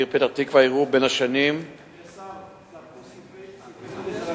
בעיר פתח-תקווה אירעו בשנים 2009 2010,